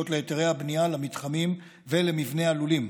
להיתרי הבנייה למתחמים ולמבני הלולים.